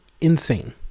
Insane